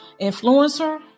influencer